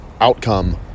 outcome